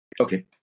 Okay